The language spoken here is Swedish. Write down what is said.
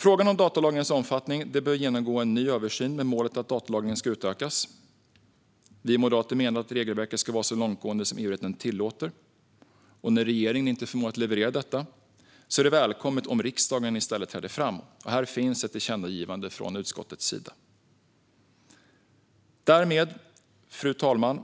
Frågan om datalagringens omfattning bör genomgå en ny översyn med målet att datalagringen ska utökas. Vi moderater menar att regelverket ska vara så långtgående som EU-rätten tillåter. När regeringen inte förmår leverera detta är det välkommet om riksdagen i stället träder fram. Här finns ett tillkännagivande från utskottets sida. Fru talman!